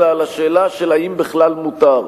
אלא על השאלה של האם בכלל מותר.